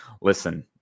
listen